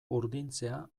urdintzea